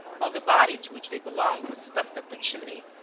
while the body to which they belonged was stuffed up the chimney.